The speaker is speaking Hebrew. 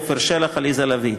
עפר שלח ועליזה לביא,